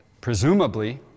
presumably